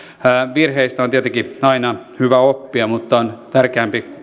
virheistä on tietenkin aina hyvä oppia mutta on tärkeämpi